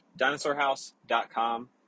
dinosaurhouse.com